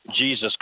Jesus